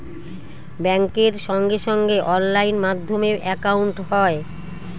ব্যাঙ্কের সঙ্গে সঙ্গে অনলাইন মাধ্যমে একাউন্ট হয়